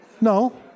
No